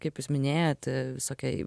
kaip jūs minėjot visokie